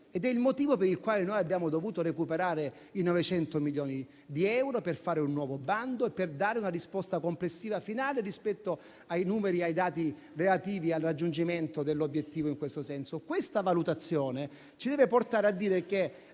è il motivo per il quale noi abbiamo dovuto recuperare i 900 milioni di euro per fare un nuovo bando e per dare una risposta complessiva e finale rispetto ai numeri e ai dati relativi al raggiungimento dell'obiettivo in questo senso. Questa valutazione ci deve portare a dire che